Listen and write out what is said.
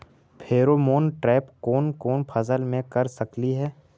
Pheromone trap कोन कोन फसल मे कर सकली हे?